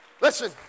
Listen